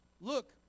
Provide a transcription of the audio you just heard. look